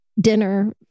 dinner